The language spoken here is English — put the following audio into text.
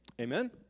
Amen